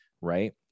right